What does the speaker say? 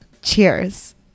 Cheers